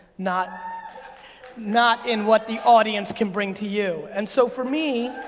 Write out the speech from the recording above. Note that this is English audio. not not in what the audience can bring to you, and so for me,